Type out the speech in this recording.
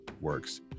works